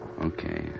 Okay